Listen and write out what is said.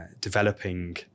developing